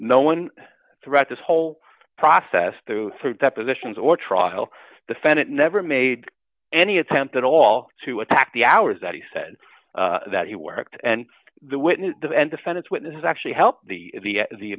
no one throughout this whole process through through depositions or trial defendant never made any attempt at all to attack the hours that he said that he worked and the witness and defendant witnesses actually helped the the